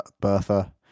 bertha